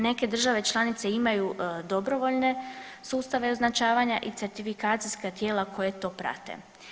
Neke države članice imaju dobrovoljne sustava označavanja i certifikacijska tijela koja to prate.